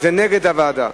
זה נגד דיון בוועדה.